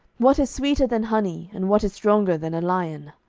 what is sweeter than honey? and what is stronger than a lion?